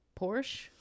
Porsche